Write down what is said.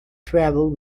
travelled